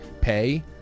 pay